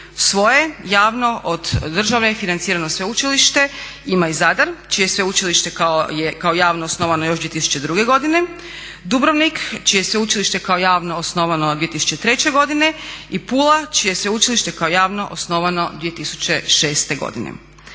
svoje javno od države financirano sveučilište ima i Zadar čije sveučilište kao javno osnovano još 2002.godine, Dubrovnik čije sveučilište kao javno osnovano 2003.godine i Pula čije sveučilište kao javno osnovano 2006.godine.